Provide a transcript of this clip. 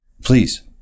Please